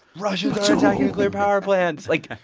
russians are attacking nuclear power plants like,